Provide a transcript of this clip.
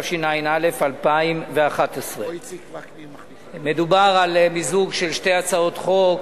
התשע"א 2011. מדובר על מיזוג של שתי הצעות חוק.